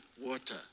water